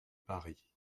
paris